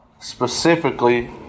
specifically